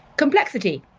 complexity.